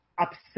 upset